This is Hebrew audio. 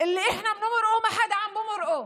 שאנחנו רואים אותם ואף אחד לא רואה אותם.